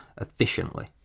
efficiently